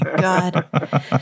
god